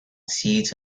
seeds